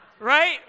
right